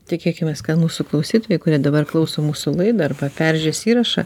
tikėkimės kad mūsų klausytojai kurie dabar klauso mūsų laidą arba peržiūrės įrašą